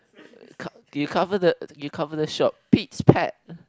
you cover the you cover the shop pit pat